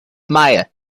meyer